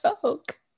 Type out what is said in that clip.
joke